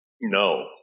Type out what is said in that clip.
No